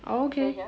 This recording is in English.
okay